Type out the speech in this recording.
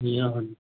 ए हजुर